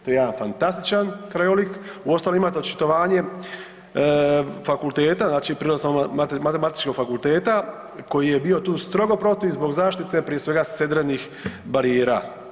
To je jedan fantastičan krajolik, uostalom imate očitovanje fakulteta, znači Prirodoslovno-matematičkog fakulteta koji je bio tu strogo protiv zbog zaštite prije svega sedrenih barijera.